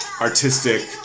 artistic